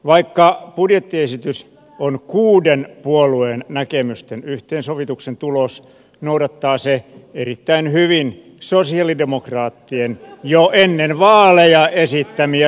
vaikka budjettiesitys on kuuden puolueen näkemysten yhteensovituksen tulos noudattaa se erittäin hyvin sosialidemokraattien jo ennen vaaleja esittämiä linjauksia